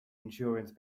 insurance